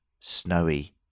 snowy